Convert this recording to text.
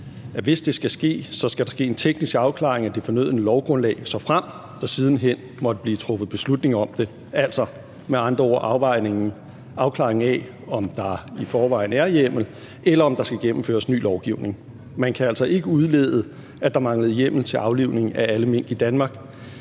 hvis det skal ske, skal der ske en teknisk afklaring af det fornødne lovgrundlag, såfremt der siden hen måtte blive truffet beslutning om det, altså med andre ord afklaringen af, om der i forvejen er hjemmel, eller om der skal gennemføres ny lovgivning. Man kan altså ikke udlede, at der manglede hjemmel til aflivning af alle mink i Danmark,